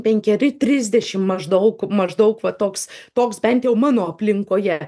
penkeri trisdešim maždaug maždaug va toks toks bent jau mano aplinkoje